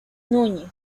núñez